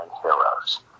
heroes